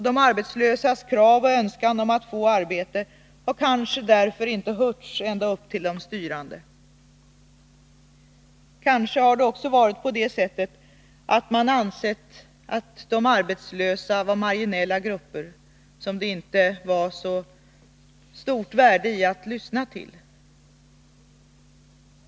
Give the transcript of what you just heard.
De arbetslösas krav och önskan om att få arbete har kanske därför inte hörts ända upp till de styrande. Kanske har man ansett att de arbetslösa var marginella grupper, som det inte var värt att lyssna till.